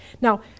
Now